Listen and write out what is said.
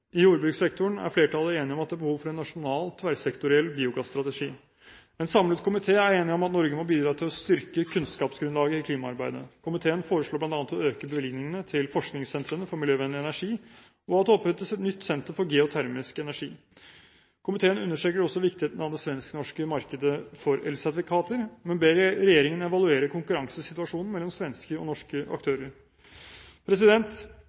I jordbrukssektoren er flertallet enig om at det er behov for en nasjonal tverrsektoriell biogasstrategi. En samlet komité er enig i at Norge må bidra til å styrke kunnskapsgrunnlaget i klimaarbeidet. Komiteen foreslår bl.a. å øke bevilgningene til forskningssentrene for miljøvennlig energi og at det opprettes et nytt senter for geotermisk energi. Komiteen understreker også viktigheten av det svensk–norske markedet for elsertifikater, men ber regjeringen evaluere konkurransesituasjonen mellom svenske og norske